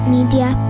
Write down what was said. Media